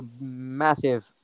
massive